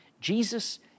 Jesus